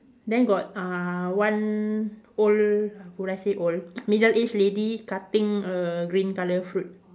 then got uh one old would I say old middle aged lady cutting a green colour fruit